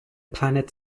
planet